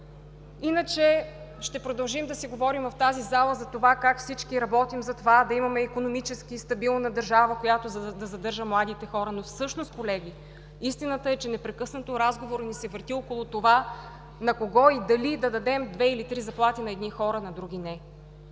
Иначе ще продължим да си говорим в тази зала как всички работим за това да имаме икономически стабилна държава, която да задържа младите хора, но, колеги, истината е, че непрекъснато разговорът ни се върти около това на кого и дали да дадем две или три заплати на едни хора, на други не.